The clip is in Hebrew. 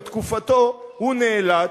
בתקופתו הוא נאלץ,